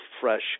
fresh